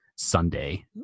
sunday